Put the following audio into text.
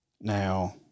Now